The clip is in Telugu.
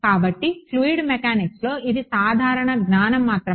కాబట్టి ఫ్లూయిడ్ మెకానిక్స్లో ఇది సాధారణ జ్ఞానం మాత్రమే